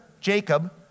Jacob